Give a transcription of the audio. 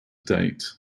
date